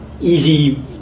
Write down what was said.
easy